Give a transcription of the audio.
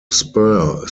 spur